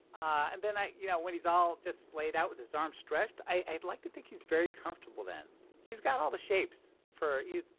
and then, you know, when he's all just splayed out with his arms stretched, i'd like to think he's very comfortable. then he's got all the shapes for you.